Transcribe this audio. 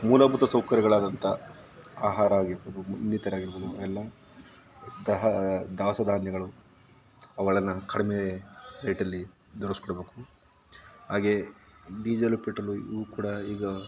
ಮೂಲಭೂತ ಸೌಕರ್ಯಗಳಾದಂಥ ಆಹಾರ ಆಗಿರ್ಬೋದು ಇನ್ನಿತರ ಆಗಿರ್ಬೋದು ಎಲ್ಲ ದಾಹ ದವಸ ಧಾನ್ಯಗಳು ಅವುಗಳನ್ನು ಕಡಿಮೆ ರೇಟಲ್ಲಿ ದೊರಕಿಸಿಕೊಡ್ಬೇಕು ಹಾಗೆಯೇ ಡಿಸೇಲು ಪೆಟ್ರೋಲು ಇವು ಕೂಡ ಈಗ